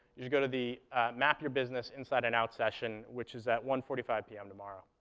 you should go to the map your business inside and out session, which is at one forty five p m. tomorrow.